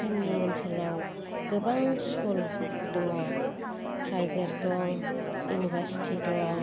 जोंनि ओनसोलाव गोबां स्कुल दङ प्रायभेत दं इउनिभारसिटि दं